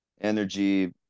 energy